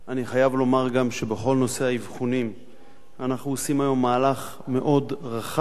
אני חייב לומר גם שבכל נושא האבחונים אנחנו עושים היום מהלך מאוד רחב,